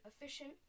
efficient